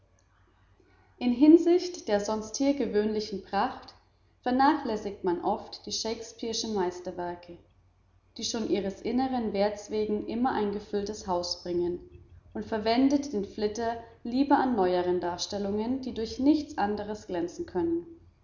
in hinsicht der sonst hier gewöhnlichen pracht vernachlässigt man oft die shakespearschen meisterwerke die schon ihres inneren werts wegen immer ein gefülltes haus bringen und verwendet den flitter lieber an neueren darstellungen die durch nichts anderes glänzen können